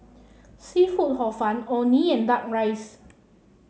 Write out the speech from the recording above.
seafood Hor Fun Orh Nee and duck rice